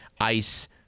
ice